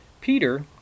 Peter